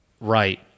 Right